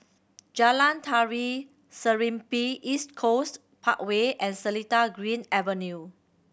Jalan Tari Serimpi East Coast Parkway and Seletar Green Avenue